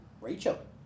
Rachel